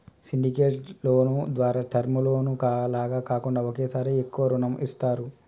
syndicated loan ద్వారా term loan లాగా కాకుండా ఒకేసారి ఎక్కువ రుణం ఇస్తారు